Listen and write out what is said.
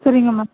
சரிங்க மேம்